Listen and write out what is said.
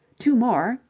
two more,